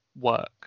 work